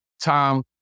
Tom